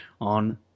on